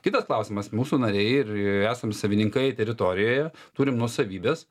kitas klausimas mūsų nariai ir esam savininkai teritorijoje turim nuosavybes